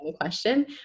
Question